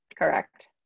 Correct